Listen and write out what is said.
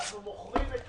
אמרתם שאתם מוכרים את